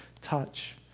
touch